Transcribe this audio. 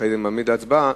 ואחר כך מעמיד להצבעה,